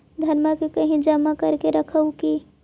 धनमा के कहिं जमा कर के भी रख हू की?